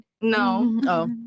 No